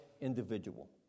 individual